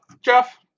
jeff